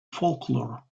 folklore